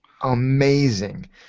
amazing